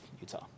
Utah